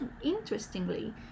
Interestingly